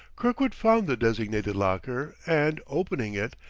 kirkwood found the designated locker and, opening it,